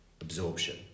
absorption